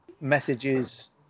messages